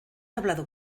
hablado